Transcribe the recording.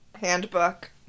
handbook